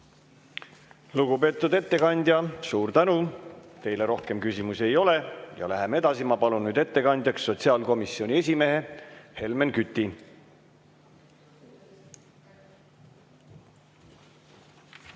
Lugupeetud ettekandja, suur tänu! Teile rohkem küsimusi ei ole. Läheme edasi. Ma palun nüüd ettekandjaks sotsiaalkomisjoni esimehe Helmen Küti.